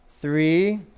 three